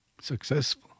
successful